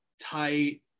tight